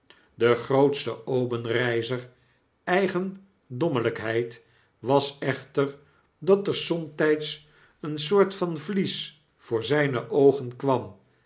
de grootste obenreizer eigendommelijkheid was echter dat er somtijds een soort van vlies voor zijne oogen kwam